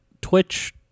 Twitch